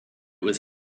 was